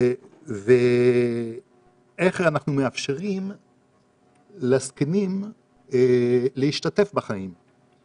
איך אנחנו מאפשרים לזקנים להשתתף בחיים?